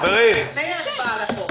הרביזיה התקבלה.